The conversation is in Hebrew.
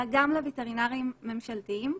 אלא גם לווטרינרים ממשלתיים,